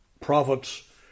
Prophets